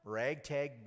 ragtag